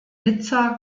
nizza